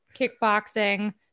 kickboxing